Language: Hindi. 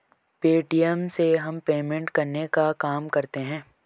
पे.टी.एम से हम पेमेंट करने का काम करते है